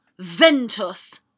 Ventus